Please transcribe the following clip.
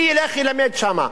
מי ילך ללמד שם?